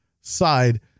side